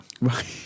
right